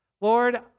Lord